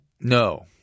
No